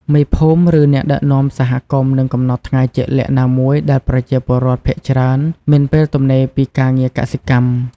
មេភូមិ ឬអ្នកដឹកនាំសហគមន៍នឹងកំណត់ថ្ងៃជាក់លាក់ណាមួយដែលប្រជាពលរដ្ឋភាគច្រើនមានពេលទំនេរពីការងារកសិកម្ម។